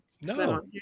No